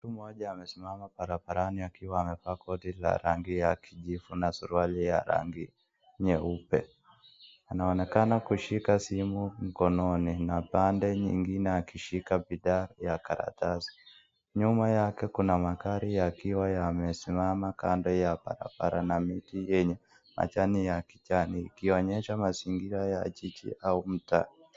Mtu mmoja amesimama barabarani akiwa amevaa koti la rangi ya kijivu na suruali ya rangi nyeupe. Anaonekana kushika simu mkononi na pande nyingine akishika bidhaa ya karatasi, nyuma yake kuna magari yakiwa yamesimama kando ya barabara na miti yenye majani ya kijani, ikionyesha mazingira ya jiji au mtaa.